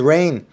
Rain